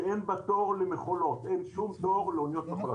שאין בה תור למכולות, אין שום תור לאוניות מכולה.